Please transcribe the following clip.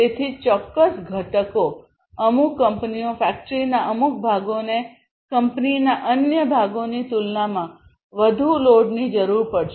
તેથી ચોક્કસ ઘટકો અમુક કંપનીઓ ફેક્ટરીના અમુક ભાગોને કંપનીના અન્ય ભાગોની તુલનામાં વધુ લોડની જરૂર પડશે